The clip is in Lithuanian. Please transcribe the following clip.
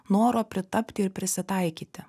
noro pritapti ir prisitaikyti